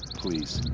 please.